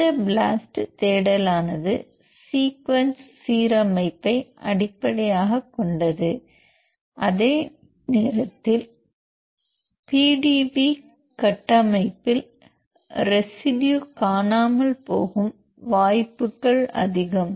இந்த ப்ளாஸ்ட் தேடலானது சீக்வென்ஸ் சீரமைப்பை அடிப்படையாகக் கொண்டது அதே நேரத்தில் PDB கட்டமைப்ப்பில் ரெசிடுயு காணாமல் போகும் வாய்ப்புகள் அதிகம்